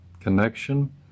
connection